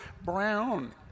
Brown